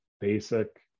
basic